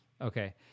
Okay